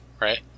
right